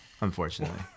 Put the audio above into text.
unfortunately